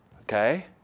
Okay